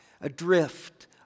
adrift